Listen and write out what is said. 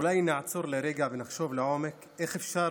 אולי נעצור לרגע ונחשוב לעומק איך אפשר